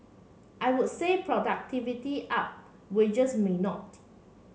I would say productivity up wages may not